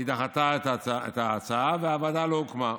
דחתה את ההצעה והוועדה לא הוקמה.